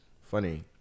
Funny